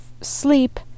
sleep